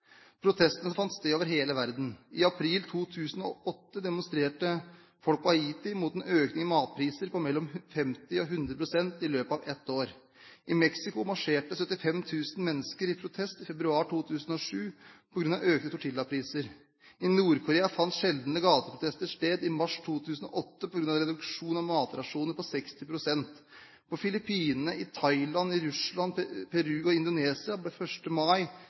Protestene fant sted over hele verden. I april 2008 demonstrerte folk på Haiti mot en økning i matpriser på 50–100 pst. i løpet av ett år. I Mexico marsjerte 75 000 mennesker i protest i februar 2007 på grunn av økte tortillapriser. I Nord-Korea fant sjeldne gateprotester sted i mars 2008 på grunn av reduksjon i matrasjoner på 60 pst. På Filippinene, i Thailand, i Russland, i Peru og i Indonesia ble 1. mai